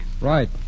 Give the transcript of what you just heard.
Right